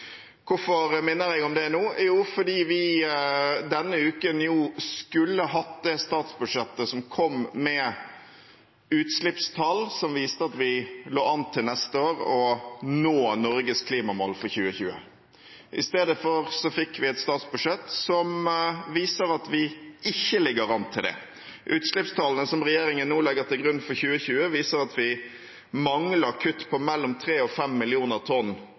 Hvorfor minner jeg om det nå? Jo, fordi vi denne uken skulle hatt det statsbudsjettet som kom med utslippstall som viste at vi lå an til å nå Norges klimamål for 2020. I stedet fikk vi et statsbudsjett som viser at vi ikke ligger an til det. Utslippstallene som regjeringen nå legger til grunn for 2020, viser at vi mangler kutt på mellom 3 og 5 mill. tonn